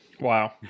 Wow